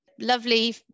Lovely